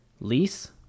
lease